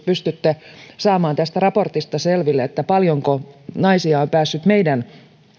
pystytte saamaan tästä raportista selville paljonko naisia on päässyt meidän